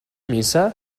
missa